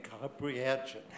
comprehension